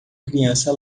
criança